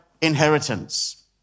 inheritance